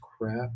crap